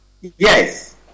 Yes